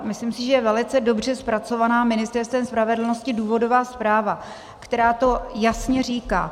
Myslím si, že je velice dobře zpracovaná Ministerstvem spravedlnosti důvodová zpráva, která to jasně říká.